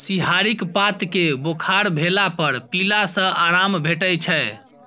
सिंहारिक पात केँ बोखार भेला पर पीला सँ आराम भेटै छै